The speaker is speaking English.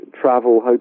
travel